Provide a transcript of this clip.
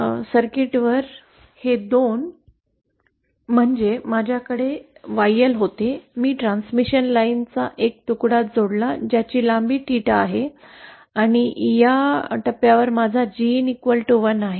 आता सर्किटवर हे 2 म्हणजे माझ्याकडे YL होते मी ट्रान्समिशन लाइनचा एक तुकडा जोडला ज्याची लांबी 𝜭 आहे आणि या टप्प्यावर माझा Gin 1 आहे